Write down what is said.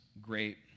great